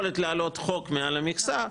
יכולת להעלות חוק מעל המכסה,